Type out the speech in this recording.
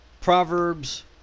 Proverbs